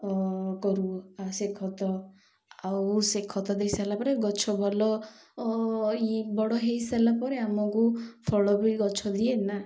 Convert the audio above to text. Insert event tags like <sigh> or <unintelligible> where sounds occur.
କରୁ ସେ ଖତ ଆଉ ସେ ଖତ ଦେଇସାରିଲା ପରେ ଗଛ ଭଲ <unintelligible> ବଡ଼ ହେଇସାରିଲା ପରେ ଆମକୁ ଫଳ ବି ଗଛ ଦିଏନା